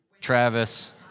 Travis